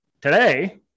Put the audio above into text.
Today